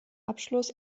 abschluss